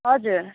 हजुर